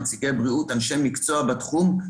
נציגי הבריאות ואנשי מקצוע בתחום.